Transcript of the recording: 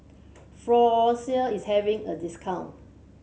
Floxia is having a discount